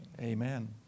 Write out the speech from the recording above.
Amen